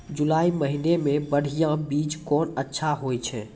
जुलाई महीने मे बढ़िया बीज कौन अच्छा होय छै?